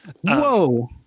Whoa